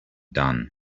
done